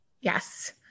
Yes